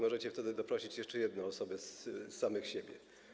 Możecie wtedy doprosić jeszcze jedną osobę z samych siebie.